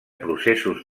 processos